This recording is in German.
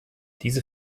diese